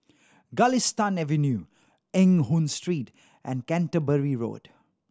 Galistan Avenue Eng Hoon Street and Canterbury Road